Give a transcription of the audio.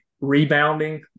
rebounding